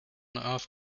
earth